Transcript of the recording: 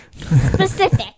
Specific